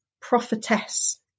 prophetess